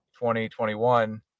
2021